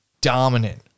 dominant